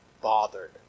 bothered